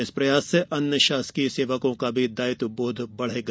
इस प्रयास से अन्य शासकीय सेवकों का दायित्वबोध भी बढ़ेगा